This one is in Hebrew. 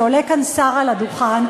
שעולה כאן שר על הדוכן,